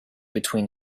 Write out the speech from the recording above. between